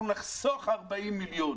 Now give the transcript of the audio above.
אנחנו נחסוך 40 מיליון.